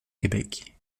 québec